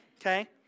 Okay